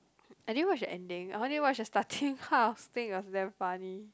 I didn't watch the ending I only watch the starting half I think it was damn funny